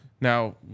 Now